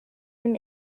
him